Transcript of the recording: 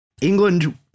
England